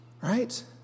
right